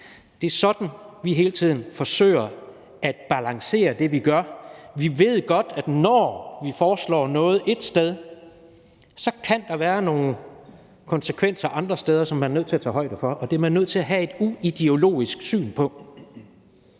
Det er sådan, vi hele tiden forsøger at balancere det, vi gør. Vi ved godt, at når vi foreslår noget ét sted, kan der være nogle konsekvenser andre steder, som man er nødt til at tage højde for, og det er man nødt til at have et uideologisk syn på.